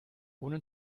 ohne